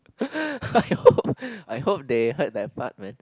I hope I hope they heard that part man